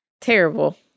Terrible